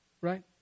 right